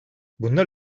bunlar